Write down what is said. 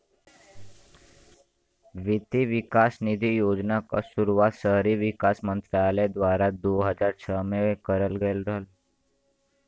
वित्त विकास निधि योजना क शुरुआत शहरी विकास मंत्रालय द्वारा दू हज़ार छह में करल गयल रहल